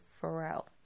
Farrell